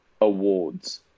awards